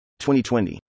2020